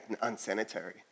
unsanitary